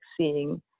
seeing